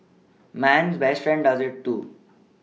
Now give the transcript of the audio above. man's best friend does it too